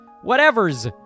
Whatever's